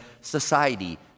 society